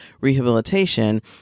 rehabilitation